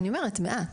אני אומרת, מעט.